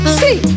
see